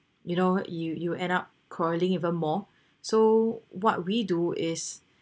you know you you end up quarreling even more so what we do is